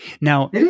Now